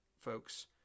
folks